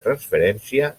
transferència